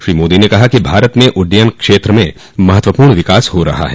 श्री मोदी ने कहा कि भारत में उड्डयन क्षेत्र में महत्वपूर्ण विकास हो रहा है